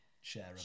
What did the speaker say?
share